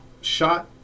shot